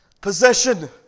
possession